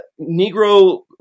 Negro –